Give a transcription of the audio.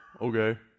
okay